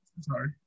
sorry